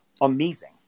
amazing